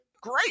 great